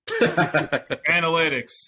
Analytics